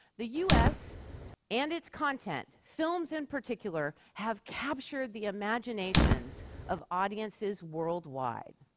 the us and its content, films in particular, have captured the imaginations of audiences worldwide.